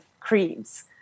creeds